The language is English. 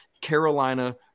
Carolina